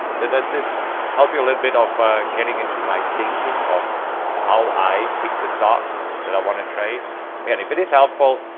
does this help you a little bit of getting into my thinking of how i pick the stocks that i want to trade and if it is helpful,